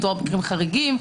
מדובר במקרים חריגים.